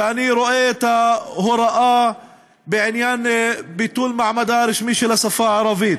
ואני רואה את ההוראה בעניין ביטול מעמדה הרשמי של השפה הערבית,